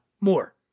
more